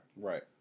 Right